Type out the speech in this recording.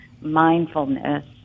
mindfulness